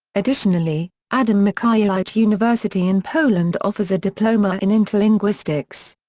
additionally, adam mickiewicz university in poland offers a diploma in interlinguistics.